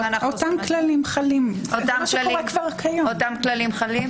גם כשאנחנו מקיימים דיון לפי סעיף 108,